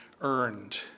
earned